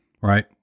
Right